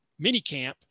minicamp